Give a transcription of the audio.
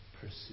pursue